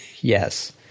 Yes